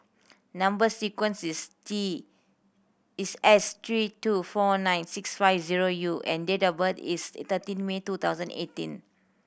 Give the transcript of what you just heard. number sequence is T is S three two four nine six five zero U and date of birth is thirteen May two thousand eighteen